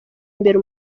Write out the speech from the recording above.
imbere